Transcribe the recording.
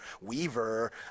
Weaver